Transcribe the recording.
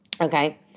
Okay